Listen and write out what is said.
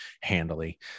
handily